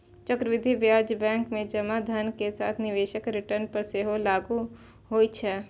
चक्रवृद्धि ब्याज बैंक मे जमा धन के साथ निवेशक रिटर्न पर सेहो लागू होइ छै